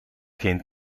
geen